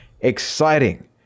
exciting